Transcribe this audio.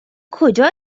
کجا